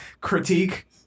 critique